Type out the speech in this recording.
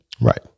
Right